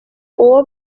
uwo